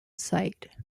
site